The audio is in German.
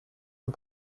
von